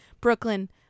Brooklyn